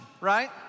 right